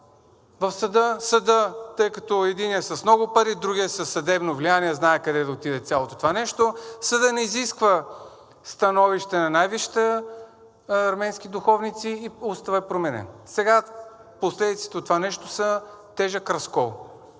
в съда, тъй като единият е с много пари, другият е със съдебно влияние, знае къде да отиде цялото това нещо, съдът не изисква становище на най-висшите арменски духовници и Уставът е променен. Сега последиците от това нещо са тежък разкол,